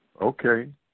Okay